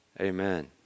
Amen